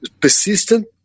persistent